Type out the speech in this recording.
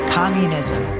communism